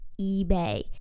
ebay